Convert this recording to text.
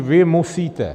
Vy musíte!